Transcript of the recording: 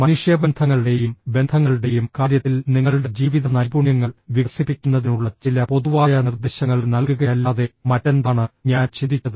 മനുഷ്യബന്ധങ്ങളുടെയും ബന്ധങ്ങളുടെയും കാര്യത്തിൽ നിങ്ങളുടെ ജീവിത നൈപുണ്യങ്ങൾ വികസിപ്പിക്കുന്നതിനുള്ള ചില പൊതുവായ നിർദ്ദേശങ്ങൾ നൽകുകയല്ലാതെ മറ്റെന്താണ് ഞാൻ ചിന്തിച്ചത്